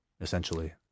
essentially